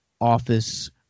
office